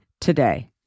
today